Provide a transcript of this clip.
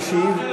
לוועדת הפנים.